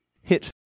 hit